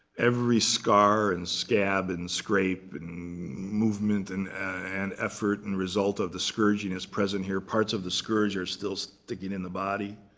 every scar and scab and scrape and movement and and effort and result of the scourging is present here. parts of the scourge are still sticking in the body.